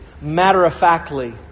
matter-of-factly